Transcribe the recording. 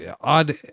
odd